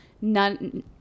none